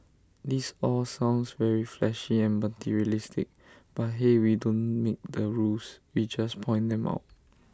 this all sounds very flashy and materialistic but hey we don't make the rules we just point them out